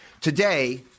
Today